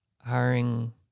hiring